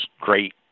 great